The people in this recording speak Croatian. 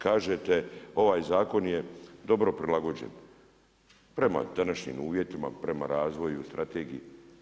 Kažete ovaj zakon je dobro prilagođen prema današnjim uvjetima, prema razvoju, strategiji.